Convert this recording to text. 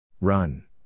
Run